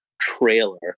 trailer